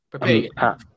prepare